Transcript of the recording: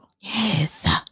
Yes